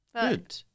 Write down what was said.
Good